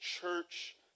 church